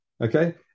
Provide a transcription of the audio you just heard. Okay